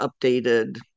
updated